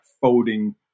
folding